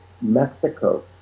Mexico